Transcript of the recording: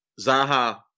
Zaha